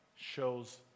shows